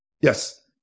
Yes